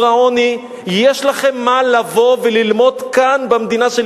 העוני: יש לכם מה לבוא וללמוד כאן במדינה שלי.